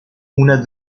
una